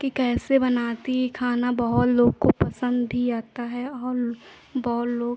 कि कैसे बनाती है खाना बहुत लोग को पसंद भी आता है और बहुत लोग